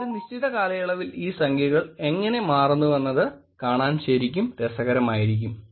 ഒരു നിശ്ചിത കാലയളവിൽ ഈ സംഖ്യകൾ എങ്ങനെ മാറുന്നുവെന്ന് കാണാൻ ശരിക്കും രസകരമായിരിക്കും